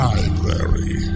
Library